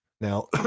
Now